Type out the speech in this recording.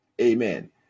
amen